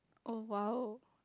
oh !wow!